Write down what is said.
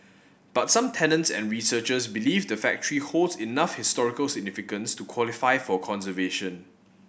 but some tenants and researchers believe the factory holds enough historical significance to qualify for conservation